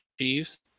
Chiefs